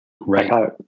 right